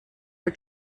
for